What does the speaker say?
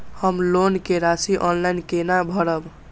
हम लोन के राशि ऑनलाइन केना भरब?